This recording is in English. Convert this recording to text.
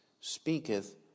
speaketh